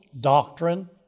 doctrine